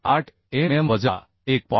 8mm वजा 1